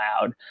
Loud